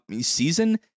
season